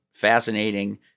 Fascinating